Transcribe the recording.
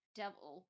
devil